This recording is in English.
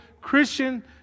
Christian